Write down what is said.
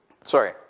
Sorry